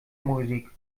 musik